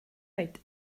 oed